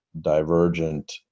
divergent